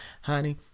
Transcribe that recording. honey